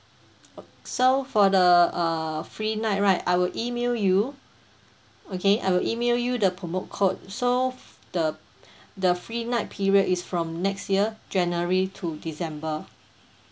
so for the err free night right I will email you okay I will email you the promo code so f~ the the free night period is from next year january to december